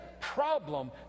problem